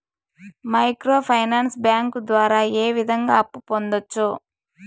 micro finance bank ద్వారా ఏ విధంగా అప్పు పొందొచ్చు